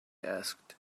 asked